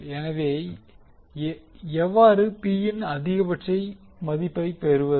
எனவே எவ்வாறு P ன் அதிகபட்ச மதிப்பை பெறுவது